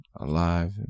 Alive